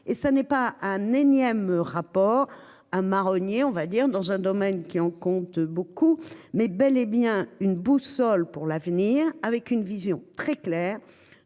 et ça n'est pas un énième rapport un marronnier, on va dire dans un domaine qui en compte beaucoup mais bel et bien une boussole pour l'avenir avec une vision très claire